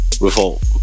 Revolt